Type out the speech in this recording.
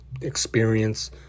experience